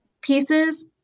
pieces